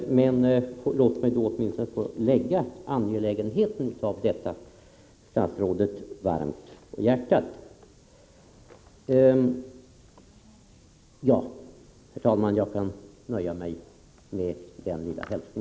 Men låt mig åtminstone få lägga statsrådet angelägenheten av detta varmt om hjärtat. Herr talman! Jag kan nöja mig med denna lilla hälsning.